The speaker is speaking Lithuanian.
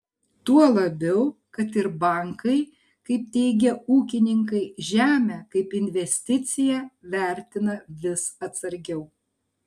tuo labiau kad ir bankai kaip teigia ūkininkai žemę kaip investiciją vertina vis atsargiau